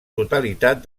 totalitat